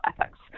ethics